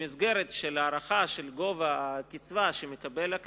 במסגרת ההערכה של גובה הקצבה שהקשיש מקבל,